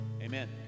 Amen